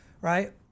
Right